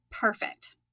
perfect